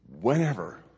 whenever